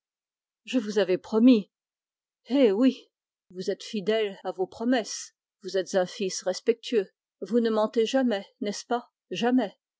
je vous avais promis eh oui vous êtes fidèle à vos promesses vous êtes un fils respectueux vous ne mentez jamais n'est-ce pas jamais